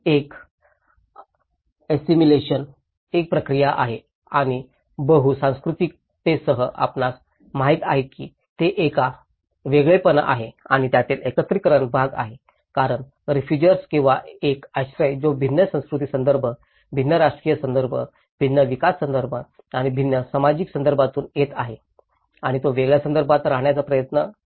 एक एस्सीमिलेशन एक प्रक्रिया आहे आणि बहुसांस्कृतिकतेसह आपणास माहित आहे की ते एक वेगळेपणा आहे किंवा त्यातील एकत्रीकरण भाग आहे कारण रेफुजिर्स किंवा एक आश्रय जो भिन्न सांस्कृतिक संदर्भ भिन्न राजकीय संदर्भ भिन्न विकास संदर्भ आणि भिन्न सामाजिक संदर्भातून येत आहे आणि तो वेगळ्या संदर्भात राहण्याचा प्रयत्न केला